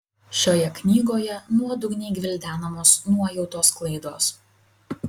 šioje knygoje nuodugniai gvildenamos nuojautos klaidos